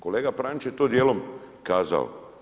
Kolega Pranjić je to djelom kazao.